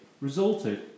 resulted